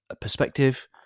perspective